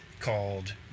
Called